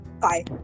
bye